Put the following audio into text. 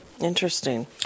Interesting